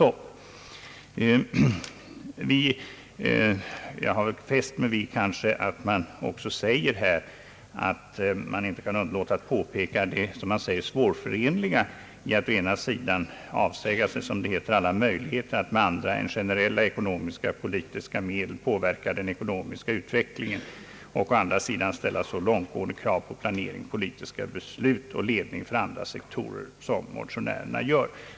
Jag har fäst mig vid att man också säger sig inte kunna underlåta påpeka det, som man uttrycker det, svårförenliga i att å ena sidan »avsäga sig alla möjligheter att med andra än generella ekonomisk-politiska medel påverka den ekonomiska utvecklingen, å andra sidan ställa så långtgående krav på planering, politiska beslut och ledning för andra sektorer som motionärerna gör».